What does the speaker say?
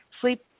Sleep